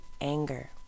anger